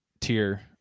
tier